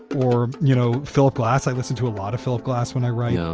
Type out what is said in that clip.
or, you know, philip glass, i listen to a lot of philip glass when i write yeah